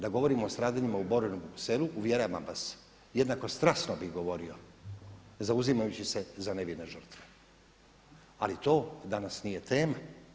Da govorimo o stradanjima u Borovom Selu uvjeravam vas jednako strasno bih govorio zauzimajući se za nevine žrtve, ali to danas nije tema.